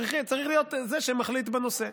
צריך להיות זה שמחליט בנושא.